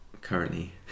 currently